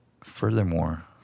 Furthermore